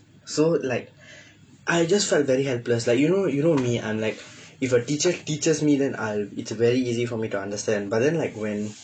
so like I just felt very helpless like you know you know me I'm like if a teacher teaches me then I'll it's very easy for me to understand but then like when